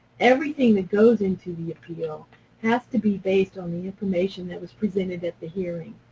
everything that goes into the appeal has to be based on the information that was presented at the hearing.